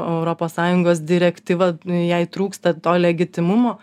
europos sąjungos direktyva jai trūksta to legitimumo